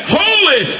holy